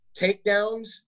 takedowns